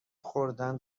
خوردن